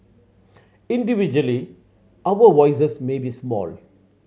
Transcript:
individually our voices may be small